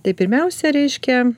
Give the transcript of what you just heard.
tai pirmiausia reiškia